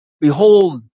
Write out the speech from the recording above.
Behold